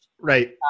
Right